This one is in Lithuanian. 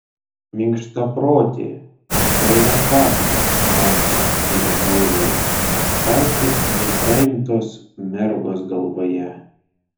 minkštaproti siaurakakti grafai suriaumojo jis tau tik nepraimtos mergos galvoje